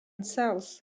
cells